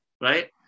right